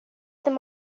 them